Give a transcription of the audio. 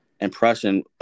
Impression